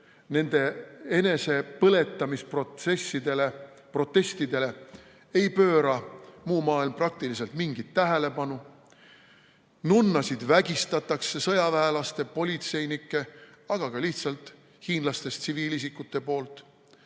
Nende enesepõletamisprotestidele ei pööra muu maailm praktiliselt mingit tähelepanu. Nunnasid vägistavad sõjaväelased, politseinikud, aga ka lihtsalt hiinlastest tsiviilisikud.